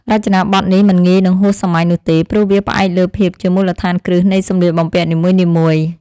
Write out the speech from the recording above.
រចនាប័ទ្មនេះមិនងាយនឹងហួសសម័យនោះទេ ព្រោះវាផ្អែកលើភាពជាមូលដ្ឋានគ្រឹះនៃសម្លៀកបំពាក់នីមួយៗ។